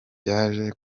byaje